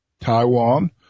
Taiwan